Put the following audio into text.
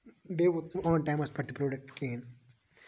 بیٚیہِ ووت نہٕ اون ٹایمَس پٮ۪ٹھ پروڈَکٹ کِہیٖنۍ